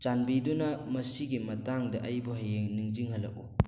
ꯆꯥꯟꯕꯤꯗꯨꯅ ꯃꯁꯤꯒꯤ ꯃꯇꯥꯡꯗ ꯑꯩꯕꯨ ꯍꯌꯦꯡ ꯅꯤꯡꯁꯤꯡꯍꯜꯂꯛꯎ